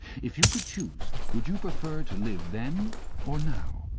if you could choose, would you prefer to live then or now